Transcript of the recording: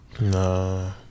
No